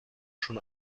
schon